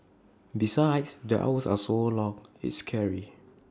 besides the hours are so long it's scary